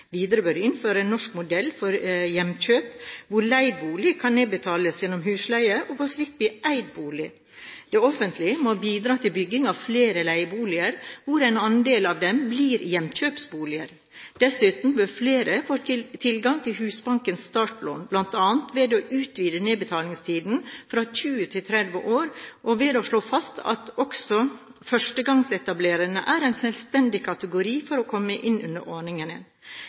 Videre bør det innføres en norsk modell for hjemkjøp, hvor leid bolig kan nedbetales gjennom husleie og på sikt bli eid bolig. Det offentlige må bidra til bygging av flere leieboliger, hvor en andel av dem blir hjemkjøpsboliger. Dessuten bør flere få tilgang til Husbankens startlån, bl.a. ved å utvide nedbetalingstiden fra 20 til 30 år og ved å slå fast at også «førstegangsetablering» er en selvstendig kategori for å komme inn under ordningen.